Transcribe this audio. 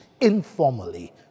informally